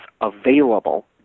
available